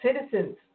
Citizens